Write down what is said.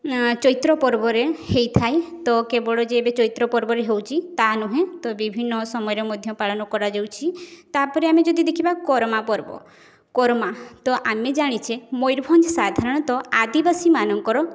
ଚୈତ୍ର ପର୍ବରେ ହୋଇଥାଏ ତ କେବଳ ଯେ ଏବେ ଚୈତ୍ର ପର୍ବରେ ହେଉଛି ତା ନୁହେଁ ତ ବିଭିନ୍ନ ସମୟରେ ମଧ୍ୟ ପାଳନ କରାଯାଉଛି ତା'ପରେ ଆମେ ଯଦି ଦେଖିବା କରମା ପର୍ବ କରମା ତ ଆମେ ଜାଣିଛେ ମୟୂରଭଞ୍ଜ ସାଧାରଣତଃ ଆଦିବାସୀମାନଙ୍କର